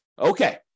Okay